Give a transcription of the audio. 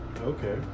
Okay